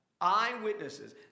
Eyewitnesses